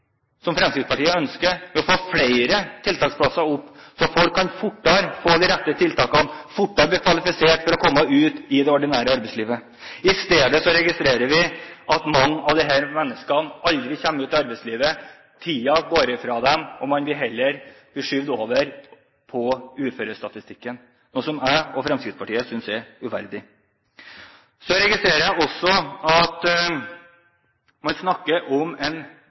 som Fremskrittspartiet ønsker, og får flere tiltaksplasser, så folk fortere kan komme på de rette tiltakene og fortere bli kvalifisert til å komme ut i det ordinære arbeidslivet? I stedet registrerer vi at mange av disse menneskene aldri kommer ut i arbeidslivet, tiden går fra dem, og man blir heller skjøvet over på uførestatistikken, noe som jeg og Fremskrittspartiet synes er uverdig. Så registrerer jeg også at man snakker om en